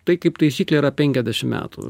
tai kaip taisyklė yra penkiasdešim metų